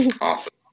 Awesome